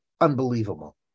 unbelievable